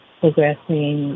progressing